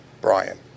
Brian